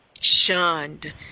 Shunned